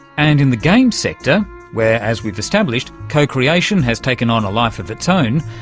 and in the games sector where, as we've established, co-creation has taken on a life of its own,